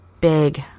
big